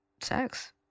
sex